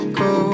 go